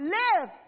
live